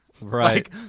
right